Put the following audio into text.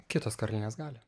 kitos karalienės gali